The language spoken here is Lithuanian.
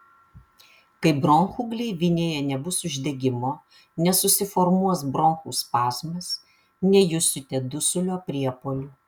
kai bronchų gleivinėje nebus uždegimo nesusiformuos bronchų spazmas nejusite dusulio priepuolių